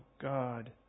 God